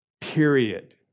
Period